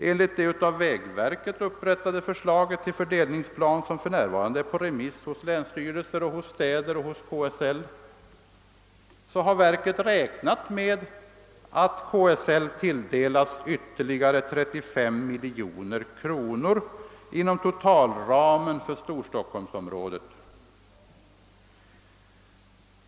Enligt det av vägverket upprättade förslaget till fördelningsplan, som för närvarande är på remiss hos länsstyrelser, städer och KSL, har verket räknat med att KSL tilldelas ytterligare 35 miljoner kronor inom totalramen för Storstockholmsområdet.